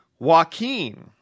Joaquin